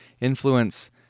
influence